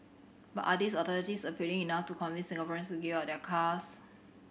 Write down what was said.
but are these alternatives appealing enough to convince Singaporeans to give up their cars